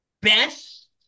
Best